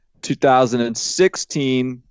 2016